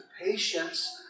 patience